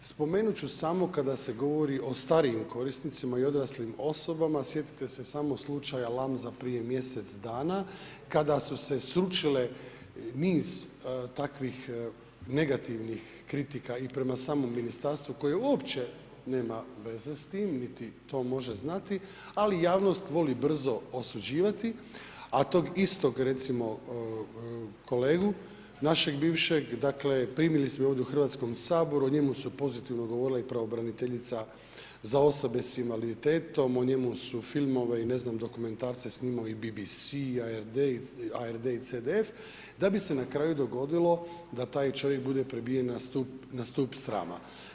Spomenuti ću samo kada se govori o starijim korisnicima i odraslim osobama, sjetite se samo slučaja Lamza prije mjesec dana kada su se srušile niz takvih negativnim kritika i prema samom ministarstvu koje uopće nema veze sa time niti to može znati ali javnost voli brzo osuđivati a tog istog kolegu našeg bivšeg, dakle primili smo ovdje u Hrvatskom saboru, o njemu su pozitivno govorile i pravobraniteljica za osobe sa invaliditetom, o njemu su filmove i ne znam dokumentarce snimao i BBC, ARD i CDF da bi se na kraju dogodilo da taj čovjek bude pribijen na stup srama.